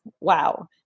wow